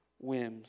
whims